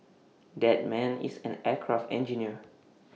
that man is an aircraft engineer